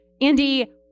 Andy